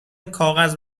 کاغذ